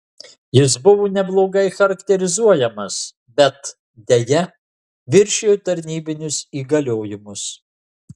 jis buvo neblogai charakterizuojamas bet deja viršijo tarnybinius įgaliojimus